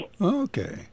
Okay